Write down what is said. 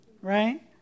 right